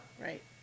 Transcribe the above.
right